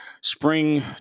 spring